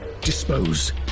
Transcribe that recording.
dispose